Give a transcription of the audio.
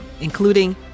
including